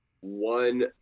One